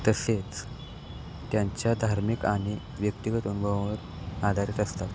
तसेच त्यांच्या धार्मिक आणि व्यक्तिगत अनुभवावर आधारित असतात